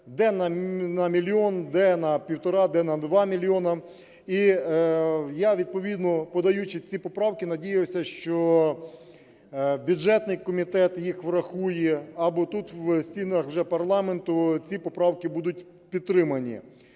де на мільйон, де на півтора, де на 2 мільйони. І я відповідно подаючи ці поправки, надіявся, що бюджетний комітет їх врахує, або тут в стінах вже парламенту ці поправки будуть підтримані.